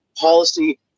policy